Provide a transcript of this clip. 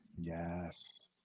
yes